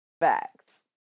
Facts